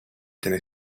tiene